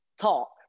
talk